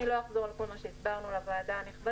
אני לא אחזור על כל מה שהסברנו לוועדה הנכבדה.